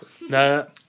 No